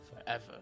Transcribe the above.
forever